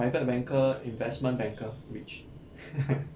private banker investment banker rich